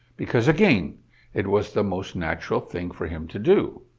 because again it was the most natural thing for him to do.